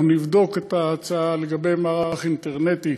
אנחנו נבדוק את ההצעה לגבי מערך אינטרנטי